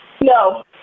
No